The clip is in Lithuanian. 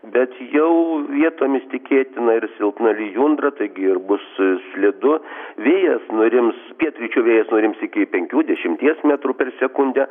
bet jau vietomis tikėtina ir silpna lijundra taigi ir bus slidu vėjas nurims pietryčių vėjas nurims iki penkių dešimties metrų per sekundę